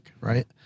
right